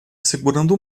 segurando